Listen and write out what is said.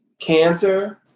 Cancer